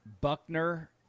Buckner